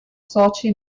socio